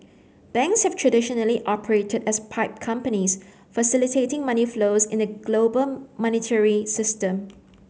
banks have traditionally operated as pipe companies facilitating money flows in the global monetary system